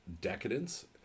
decadence